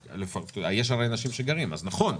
יש הרי אנשים שגרים אז נכון,